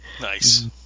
Nice